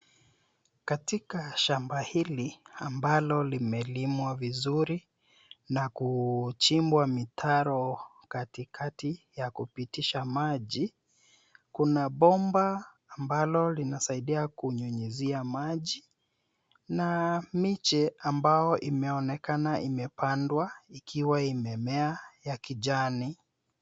Katika shamba hili ambalo limelimwa vizuri na kuchimbwa mitaro katikati ya kupitisha maji, kuna bomba ambalo linasaidia kunyunyizia maji na miche ambao imeonenakana imepandwa ikiwa imemea ya kijani.